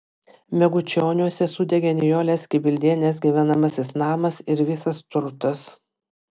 megučioniuose sudegė nijolės kibildienės gyvenamasis namas ir visas turtas